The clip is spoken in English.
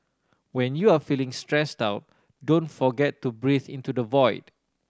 when you are feeling stressed out don't forget to breathe into the void